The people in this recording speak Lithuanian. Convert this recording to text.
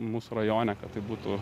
mūsų rajone kad tai būtų